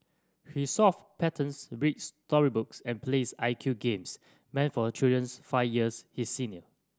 he solve patterns reads story books and plays I Q games meant for children's five years his senior